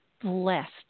blessed